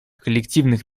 коллективных